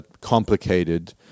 complicated